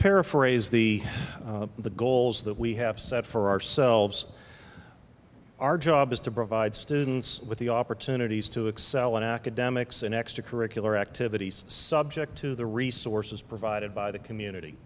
paraphrase the the goals that we have set for ourselves our job is to provide students with the opportunities to excel in academics in extracurricular activities subject to the resources provided by the community